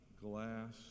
glass